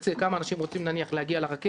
בקצה כמה אנשים רוצים להגיע לרכבת,